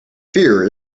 fear